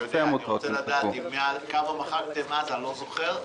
אני רוצה לדעת כמה מחקתם אז, אני לא זוכר,